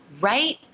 right